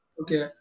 okay